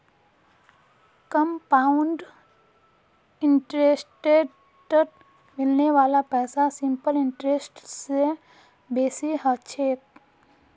compound इंटरेस्टत मिलने वाला पैसा सिंपल इंटरेस्ट स बेसी ह छेक